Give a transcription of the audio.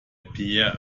peer